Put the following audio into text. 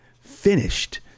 finished